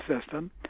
system